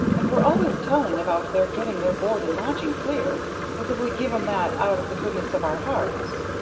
and we're always telling about their getting their board and lodging clear as if we gave'em that out of the goodness of our hearts!